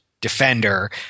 defender